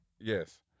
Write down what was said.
Yes